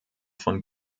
von